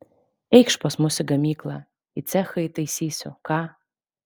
eikš pas mus į gamyklą į cechą įtaisysiu ką